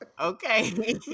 Okay